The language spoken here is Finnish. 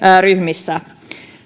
ryhmissä